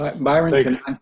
Byron